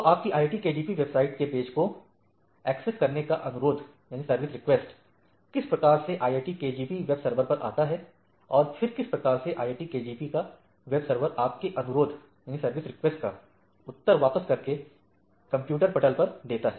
तो आपकी IITKGP website के पेज को एक्सेसउपयोग करने का अनुरोध सर्विस रिक्वेस्ट किस प्रकार से IITKGP वेब सर्वर पर आता है और फिर किस प्रकार से IITKGP का वेब सर्वर आपके अनुरोधसर्विस रिक्वेस्ट का उत्तर वापस आपके कंप्यूटरपटल स्क्रीन पर देता है